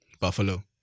Buffalo